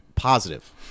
Positive